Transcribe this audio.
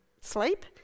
sleep